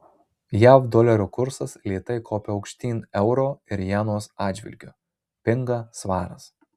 jav dolerio kursas lėtai kopia aukštyn euro ir jenos atžvilgiu pinga svaras